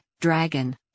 Dragon